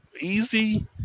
easy